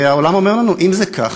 העולם אומר לנו: אם זה כך,